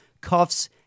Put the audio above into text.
cuffs